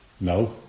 No